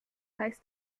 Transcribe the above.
heißt